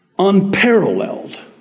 unparalleled